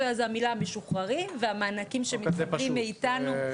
זה המילה 'משוחררים' והמענקים שהם מקבלים מאיתנו.